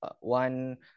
one